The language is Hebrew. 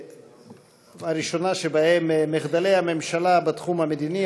הראשונה שבהן: מחדלי הממשלה בתחום המדיני,